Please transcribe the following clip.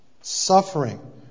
suffering